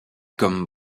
comme